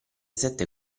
sette